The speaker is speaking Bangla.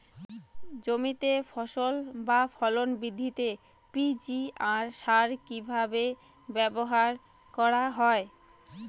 জমিতে ফসল বা ফলন বৃদ্ধিতে পি.জি.আর সার কীভাবে ব্যবহার করা হয়?